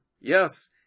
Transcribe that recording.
Yes